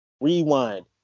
Rewind